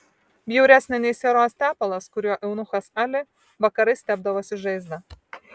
bjauresnė nei sieros tepalas kuriuo eunuchas ali vakarais tepdavosi žaizdą